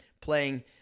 playing